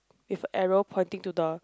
with arrow pointing to the